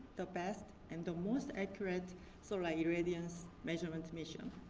the best and the most accurate solar irradiance measurement mission.